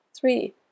three